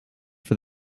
for